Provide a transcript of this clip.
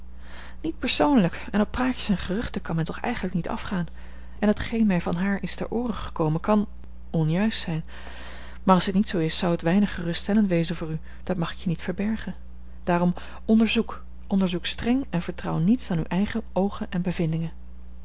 niet persoonlijk en op praatjes en geruchten kan men toch eigenlijk niet afgaan en hetgeen mij van haar is ter oore gekomen kan onjuist zijn maar als dit niet zoo is zou het weinig geruststellend wezen voor u dat mag ik je niet verbergen daarom onderzoek onderzoek streng en vertrouw niets dan uwe eigene oogen en bevindingen